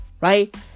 right